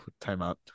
timeout